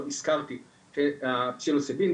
הזכרתי את הפסילוציבין,